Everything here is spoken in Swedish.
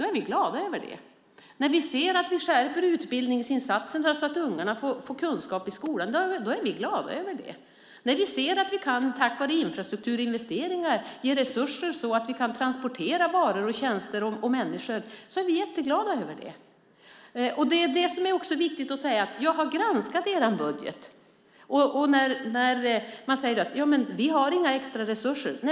Vi är glada när vi skärper utbildningsinsatserna så att ungarna får kunskap i skolan. Vi är jätteglada när vi, tack vare infrastrukturinvesteringar, kan ge resurser så att vi kan transportera varor, tjänster och människor. Jag har granskat er budget. Man säger: Vi har inga extra resurser.